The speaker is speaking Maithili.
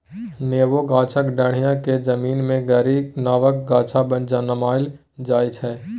नेबो गाछक डांढ़ि केँ जमीन मे गारि नबका गाछ जनमाएल जाइ छै